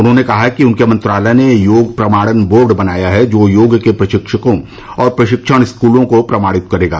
उन्होंने कहा कि उनके मंत्रालय ने योग प्रमाणन बोर्ड बनाया है जो योग के प्रशिक्षकों और प्रशिक्षण स्कूलों को प्रमाणित करेगा